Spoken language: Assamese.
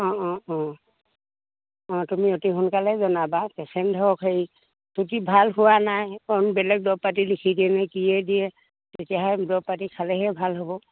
অঁ অঁ অঁ অঁ তুমি অতি সোনকালে জনাবা পেচেণ্ট ধৰক হেৰি ভাল হোৱা নাই বেলেগ দৰৱ পাতি লিখি দিয় নে কিয়ে দিয়ে তেতিয়াহে দৰৱ পাতি খালেহে ভাল হ'ব